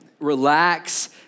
relax